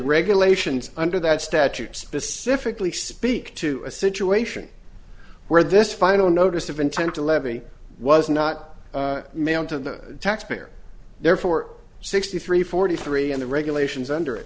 regulations under that statute specifically speak to a situation where this final notice of intent to levy was not mailed to the taxpayer therefore sixty three forty three in the regulations under